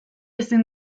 ezin